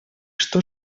что